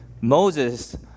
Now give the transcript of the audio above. Moses